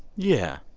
yeah,